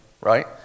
right